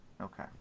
Okay